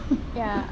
ya